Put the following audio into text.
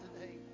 today